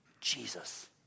Jesus